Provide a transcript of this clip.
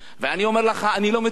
ואני אומר לך, אני לא מתפלא,